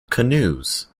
canoes